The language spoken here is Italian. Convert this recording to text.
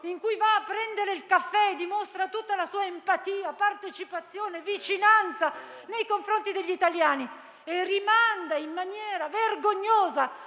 di andare a prendere il caffè e manifesta tutta la sua empatia, partecipazione e vicinanza agli italiani e rimanda in maniera vergognosa